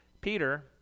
Peter